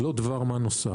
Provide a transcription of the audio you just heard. זה לא דבר מה נוסף,